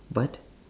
but